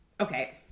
Okay